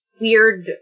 weird